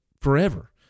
forever